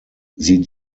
sie